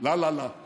לה לה לה.